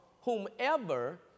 whomever